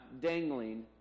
dangling